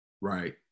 Right